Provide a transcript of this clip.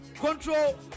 control